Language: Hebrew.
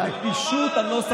עזוב אותך,